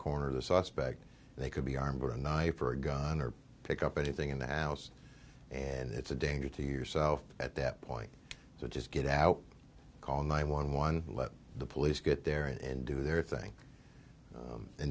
corner the suspect they could be armed with a knife or a gun or pick up anything in the house and it's a danger to yourself at that point so just get out call nine one one let the police get there and do their thing